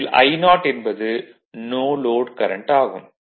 இதில் I0 என்பது no load current ஆகும்